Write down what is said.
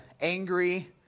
angry